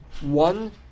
one